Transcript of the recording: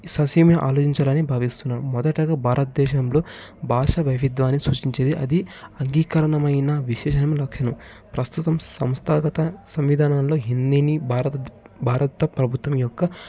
ససెమిరా ఆలోచించాలని భావిస్తున్నాం మొదటిగా భారతదేశంలో భాష వైవిద్యాన్ని సృష్టించేది అది అంగీకరమైన విశేష లక్షణం ప్రస్తుతం సంస్థాగత సంవిధానంలో హిందీని భారత భారత ప్రభుత్వం యొక్క